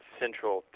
central